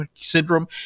syndrome